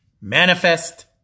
manifest